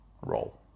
role